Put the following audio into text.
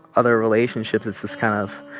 other relationships. it's this kind of